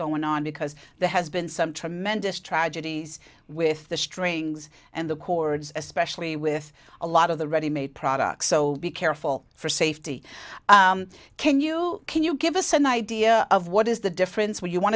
going on because there has been some tremendous tragedies with the strings and the cords especially with a lot of the ready made products so be careful for safety can you can you give us an idea of what is the difference where you want